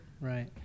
right